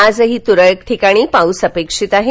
आजही तुरळक ठिकाणी पाऊस अपेक्षित आहे